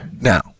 Now